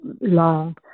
long